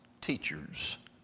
teachers